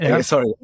Sorry